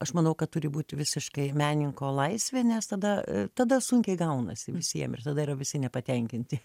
aš manau kad turi būt visiškai meninko laisvė nes tada tada sunkiai gaunasi visiem ir tada yra visi nepatenkinti